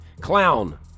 Clown